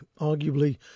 arguably